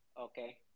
okay